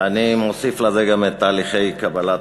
ואני מוסיף לזה גם את תהליכי קבלת